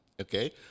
Okay